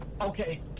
Okay